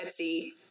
Etsy